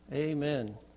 Amen